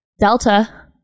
Delta